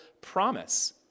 promise